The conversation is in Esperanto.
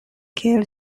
kiel